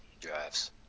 drives